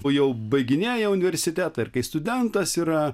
o jau baiginėja universitetą ir kai studentas yra